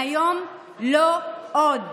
מהיום לא עוד,